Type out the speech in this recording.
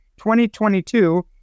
2022